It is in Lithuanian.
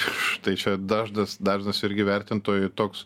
štai čia dažnas daržas irgi vertintojui toks